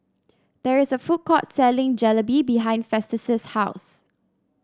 there is a food court selling Jalebi behind Festus' house